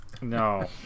No